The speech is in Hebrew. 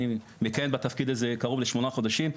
אני מקיים את התפקיד הזה קרוב לשמונה חודשים.